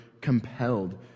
compelled